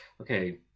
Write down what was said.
okay